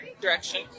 direction